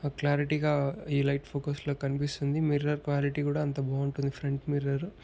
ఆ క్లారిటీ గా ఈ లైట్ ఫోకస్ లో కనిపిస్తుంది మిర్రర్ క్వాలిటీ కూడా అంత బాగుంటుంది ఫ్రంట్ మిర్రరు